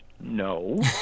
No